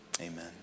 amen